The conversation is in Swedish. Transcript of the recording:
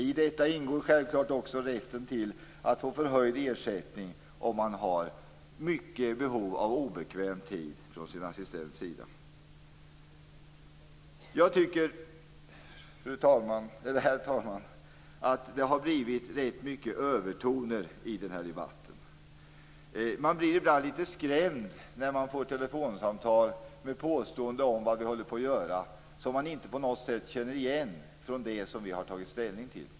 I detta ingår självfallet också rätten till förhöjd ersättning om man har stort behov av sin assistent på obekväm tid. Herr talman! Jag tycker att det har blivit rätt mycket övertoner i denna debatt. Man blir ibland litet skrämd när man får telefonsamtal med påståenden om vad vi i riksdagen håller på att göra som man inte på något sätt känner igen från det som vi har tagit ställning till.